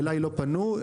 לא, אלי לא פנו.